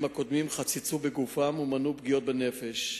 הקודמים חצצו בגופם ומנעו פגיעות בנפש.